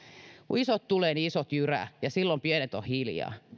kun isot tulee niin isot jyrää ja silloin pienet on hiljaa